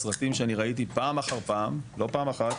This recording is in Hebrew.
בסרטים שאני ראיתי פעם אחר פעם, לא פעם אחת,